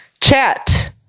Chat